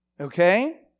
okay